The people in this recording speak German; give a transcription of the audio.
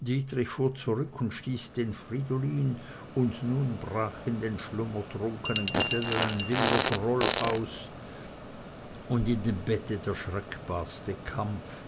dietrich fuhr zurück und stieß den fridolin und nun brach in den schlummertrunkenen gesellen ein wilder groll aus und in dem bette der streckbarste kampf